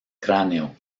cráneo